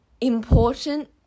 important